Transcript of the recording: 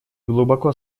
глубоко